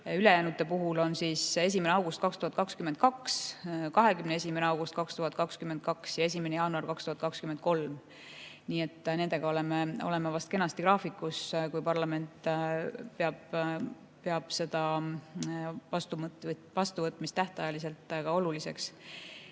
ülejäänutel on see aeg 1. augustil 2022, 21. augustil 2022 ja 1. jaanuaril 2023. Nii et nendega oleme kenasti graafikus, kui parlament peab seda vastuvõtmist tähtajaliselt oluliseks.